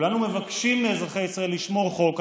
כולנו מבקשים מאזרחי ישראל לשמור חוק.